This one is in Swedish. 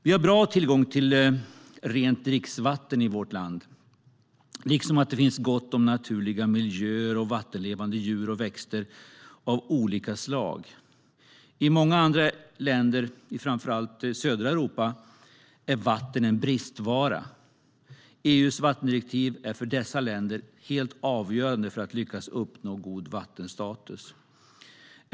Vi har bra tillgång till rent dricksvatten i vårt land, liksom att det finns gott om naturliga miljöer för vattenlevande djur och växter av olika slag. I många andra länder, framför allt i södra Europa, är vatten en bristvara. EU:s vattendirektiv är för dessa länder helt avgörande för att lyckas uppnå god vattenstatus.